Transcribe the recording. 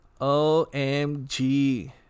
OMG